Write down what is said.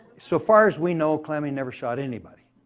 so far as we know, calamity never shot anybody.